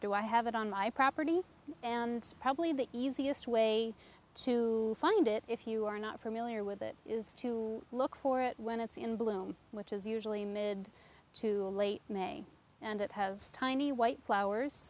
do i have it on my property and probably the easiest way to find it if you are not familiar with it is to look for it when it's in bloom which is usually mid to late may and it has tiny white flowers